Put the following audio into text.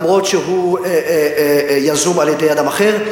גם אם הוא יזום על-ידי אדם אחר.